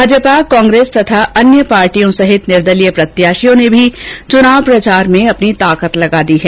भाजपा कांग्रेस तथा अन्य पार्टियों सहित निदर्लीय प्रत्याषियों ने भी चुनाव प्रचार में अपनी ताकत झोंक दी है